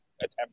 attempt